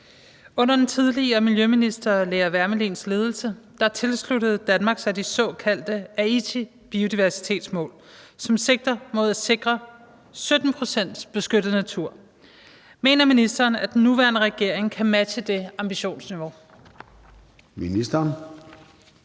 Under den tidligere miljøminister Lea Wermelins ledelse tilsluttede Danmark sig de såkaldte Aichibiodiversitetsmål, som sigter mod at sikre 17 pct. beskyttet natur. Mener ministeren, at den nuværende regering kan matche det ambitionsniveau? Kl.